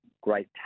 great